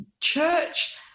church